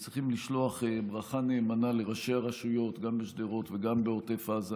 צריכים לשלוח ברכה נאמנה לראשי הרשויות גם בשדרות וגם בעוטף עזה.